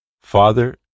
father